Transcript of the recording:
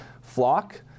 flock